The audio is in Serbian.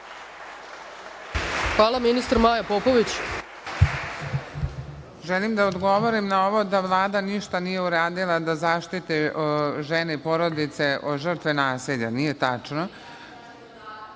Maja Popović. **Maja Popović** Želim da odgovorim na ovo da Vlada ništa nije uradila da zaštiti žene porodice žrtve nasilja. Nije tačno.